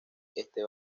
este